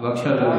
אז הוא יושב לידך.